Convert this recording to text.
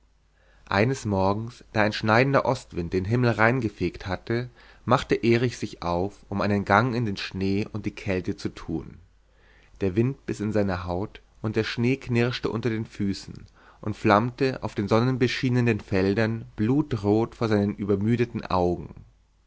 eines morgens da ein schneidender ostwind den himmel rein gefegt hatte machte erich sich auf um einen gang in den schnee und die kälte zu tun der wind biß in die haut und der schnee knirschte unter den füßen und flammte auf den sonnenbeschienenen feldern blutrot vor seinen übermüdeten augen